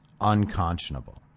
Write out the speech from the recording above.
unconscionable